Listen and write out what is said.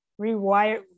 rewire